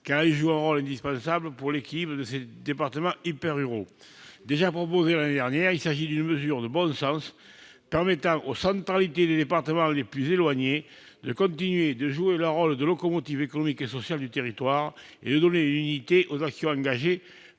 car elles jouent un rôle indispensable pour l'équilibre de ces départements hyper ruraux. Déjà proposée l'an dernier, cette mesure de bon sens permettrait aux centralités des départements les plus éloignés de continuer de jouer leur rôle de locomotive économique et sociale du territoire et de donner une unité aux actions engagées